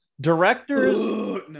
Directors